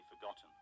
forgotten